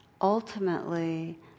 Ultimately